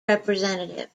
representative